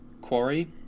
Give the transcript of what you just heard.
quarry